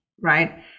right